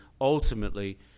ultimately